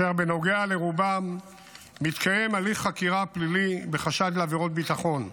אשר בנוגע לרובם מתקיים הליך חקירה פלילי בחשד לעבירות ביטחון.